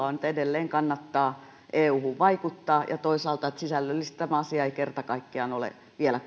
on että edelleen kannattaa euhun vaikuttaa ja että toisaalta sisällöllisesti tämä asia ei kerta kaikkiaan ole vielä